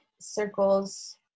circles